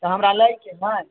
तऽ हमरा लैके हइ